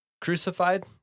Crucified